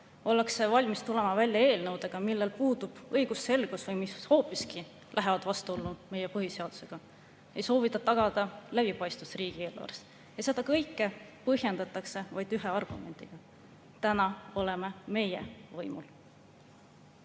ollakse valmis tulema välja eelnõudega, millel puudub õigusselgus või mis lähevad vastuollu meie põhiseadusega, ei soovita tagada läbipaistvust riigieelarves. Ja seda kõike põhjendatakse ühe argumendiga: täna oleme meie võimul.